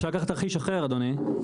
אפשר לקחת תרחיש אחר, אדוני.